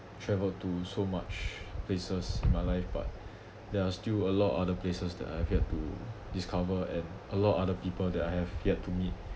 travel to so much places in my life but there are still a lot of other places that I've yet to discover and a lot of other people that I have yet to meet